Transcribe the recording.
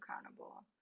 accountable